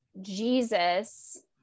Jesus